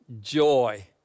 joy